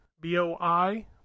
b-o-i